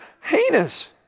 heinous